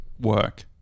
work